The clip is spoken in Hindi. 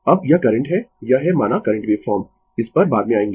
अब यह करंट है यह है माना करंट वेवफॉर्म इस पर बाद में आयेंगें